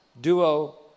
Duo